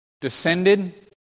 descended